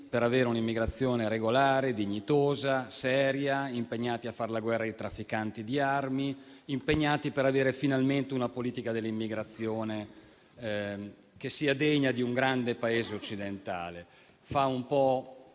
per avere un'immigrazione regolare, dignitosa, seria. Siamo impegnati a far la guerra ai trafficanti di armi e ad avere finalmente una politica dell'immigrazione che sia degna di un grande Paese occidentale. Fa un po'